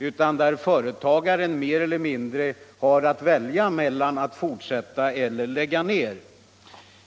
Vad dessa företagare har att välja mellan är ofta att fortsätta rörelsen eller lägga ner sin verksamhet.